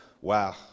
wow